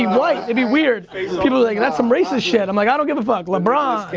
like it'd be weird, people are like, that's some racist shit, i'm like, i don't give a fuck, lebron!